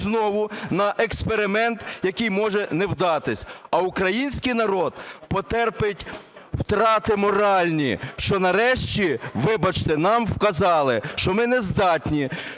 знову на експеримент, який може не вдатись. А український народ потерпить втрати моральні, що нарешті, вибачте, нам вказали, що ми не здатні